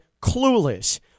clueless